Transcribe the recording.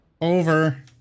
Over